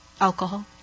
alcohol